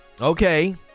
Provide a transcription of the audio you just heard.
Okay